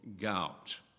gout